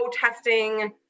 testing